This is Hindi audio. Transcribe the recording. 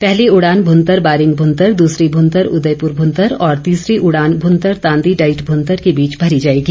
पहली उड़ान भूंतर बारिंग भूंतर द्सरी भूंतर उदयपुर भूंतर और तीसरी उड़ान भूंतर तांदी डाईट भूंतर के बीच भरी जाएगी